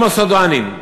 אם הסודאנים,